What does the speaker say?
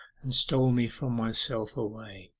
and stole me from myself away